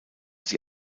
sie